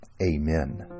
amen